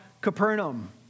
Capernaum